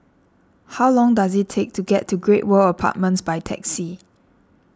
how long does it take to get to Great World Apartments by taxi